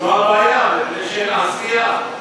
זו הבעיה, מפני שאין עשייה.